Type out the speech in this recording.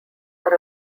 are